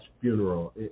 Funeral